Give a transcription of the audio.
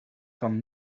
van